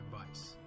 advice